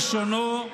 כלשונו.